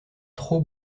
trop